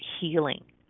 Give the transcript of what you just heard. healing